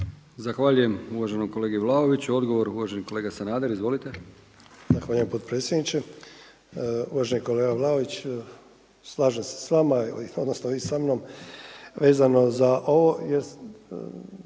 Zahvaljujem uvaženom kolegi Vlaoviću. Odgovor uvaženi kolega Sanader. Izvolite. **Sanader, Ante (HDZ)** Hvala potpredsjedniče. Uvaženi kolega Vlaović, slažem se s vama, odnosno vi sa mnom vezano za ovo